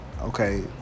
okay